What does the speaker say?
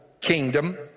kingdom